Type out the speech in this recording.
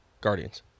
Guardians